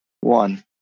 one